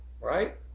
right